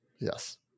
Yes